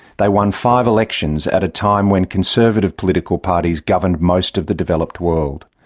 they won five elections at a time when conservative political parties governed most of the developed world.